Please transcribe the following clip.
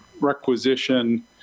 requisition